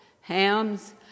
hams